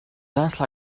dance